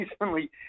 recently